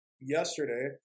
yesterday